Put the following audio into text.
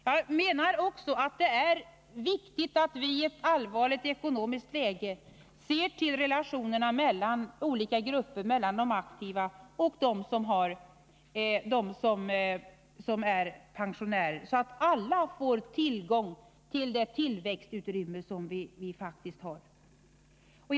Jag menar också att det i ett allvarligt ekonomiskt läge är viktigt att vi ser över relationerna mellan olika grupper, mellan de aktiva och pensionärerna, så att alla får del av det tillväxtutrymme som faktiskt finns.